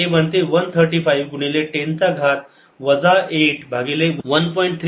1 हे बनते 135 गुणिले 10 चा घात वजा 8 किंवा 1